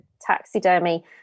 taxidermy